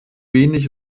wenig